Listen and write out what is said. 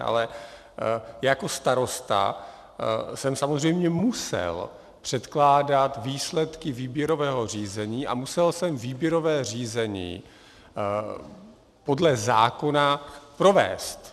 Ale jako starosta jsem samozřejmě musel předkládat výsledky výběrového řízení a musel jsem výběrové řízení podle zákona provést.